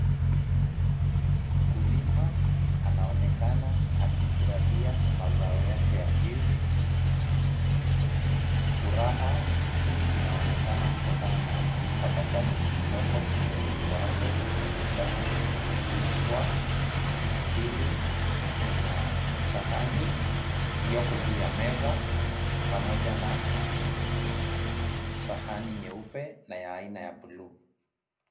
Mkulima anaonekana akifurahia mazao yake ya ndizi. Furaha hii inaonekana kutokana na tabasamu lilioko kwenye uso wake kuonyesha kuridhishwa. Pili kuna sahani iliyoko juu ya meza pamoja na sahani nyeupe na ya aina ya blue .